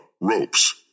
ropes